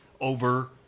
over